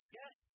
yes